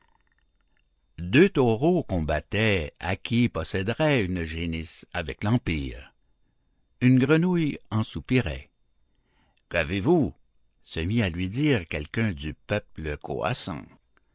deux taureaux combattaient à qui posséderait une génisse avec l'empire une grenouille en soupirait qu'avez-vous se mit à lui dire quelqu'un du peuple coassant